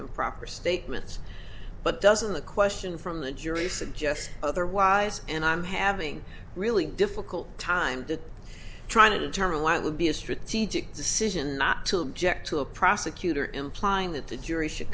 improper statements but doesn't the question from the jury suggest otherwise and i'm having really difficult time trying to determine why it would be a strategic decision not to object to a prosecutor implying that the jury should